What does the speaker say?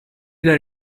داری